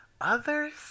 others